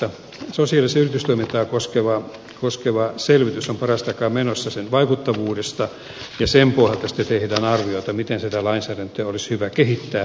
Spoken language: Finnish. sosiaalisen yritystoiminnan vaikuttavuutta koskeva selvitys on parasta aikaa menossa ja sen pohjalta sitten tehdään arviota miten sitä lainsäädäntöä olisi hyvä kehittää